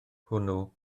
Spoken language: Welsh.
hwnnw